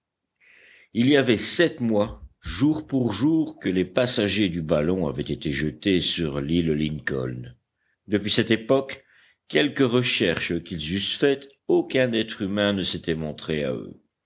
il y avait sept mois jour pour jour que les passagers du ballon avaient été jetés sur l'île lincoln depuis cette époque quelque recherche qu'ils eussent faite aucun être humain ne s'était montré à eux